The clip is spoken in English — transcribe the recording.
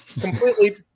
completely